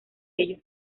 ellos